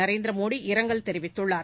நரேந்திரமோடி இரங்கல் தெரிவித்துள்ளார்